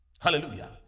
Hallelujah